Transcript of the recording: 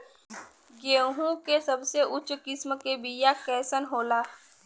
गेहूँ के सबसे उच्च किस्म के बीया कैसन होला?